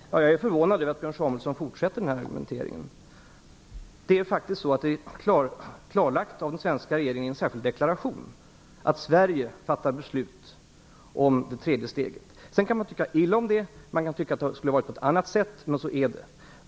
Fru talman! Jag är förvånad över att Björn Samuelson fortsätter argumenteringen. Det är faktiskt så, att det är klarlagt av den svenska regeringen i en särskild deklaration att Sverige fattar beslut om det tredje steget. Man kan tycka illa om det. Man kan tycka att det skulle gå till på ett annat sätt. Men så här är det.